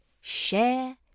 Share